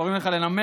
כשקוראים לך לנמק,